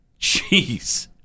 Jeez